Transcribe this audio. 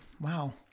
wow